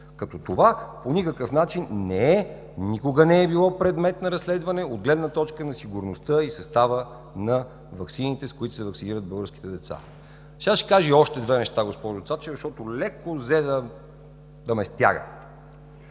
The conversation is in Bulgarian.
като това по никакъв начин не е, никога не е било предмет на разследване от гледна точка на сигурността и състава на ваксините, с които се ваксинират българските деца. Сега ще кажа и още две неща, госпожо Цачева, защото ле-ко взе да ме стяга.